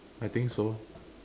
I think so